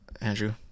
andrew